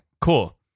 cool